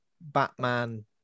Batman